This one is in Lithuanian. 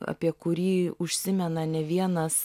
apie kurį užsimena ne vienas